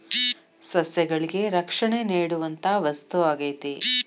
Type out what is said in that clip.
ಸಸ್ಯಗಳಿಗೆ ರಕ್ಷಣೆ ನೇಡುವಂತಾ ವಸ್ತು ಆಗೇತಿ